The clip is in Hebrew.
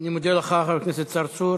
אני מודה לך, חבר הכנסת צרצור.